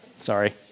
sorry